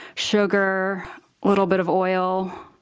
sugar, little bit of oil,